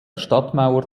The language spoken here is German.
stadtmauer